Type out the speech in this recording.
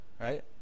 right